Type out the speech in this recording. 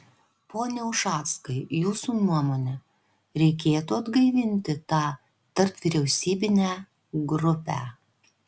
pone ušackai jūsų nuomone reikėtų atgaivinti tą tarpvyriausybinę grupę